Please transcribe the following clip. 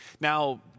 Now